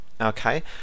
okay